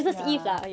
ya